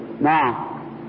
Now